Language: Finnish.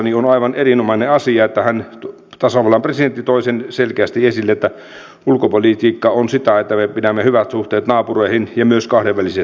on aivan erinomainen asia että tasavallan presidentti toi selkeästi esille sen että ulkopolitiikka on sitä että me pidämme hyvät suhteet naapureihin ja myös kahdenväliset suhteet